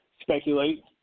speculate